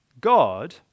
God